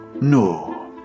No